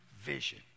Vision